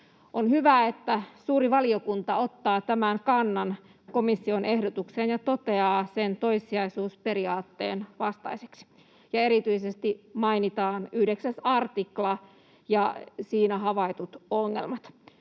On hyvä, että suuri valiokunta ottaa tämän kannan komission ehdotukseen ja toteaa sen toissijaisuusperiaatteen vastaiseksi — ja erityisesti mainitaan 9 artikla ja siinä havaitut ongelmat.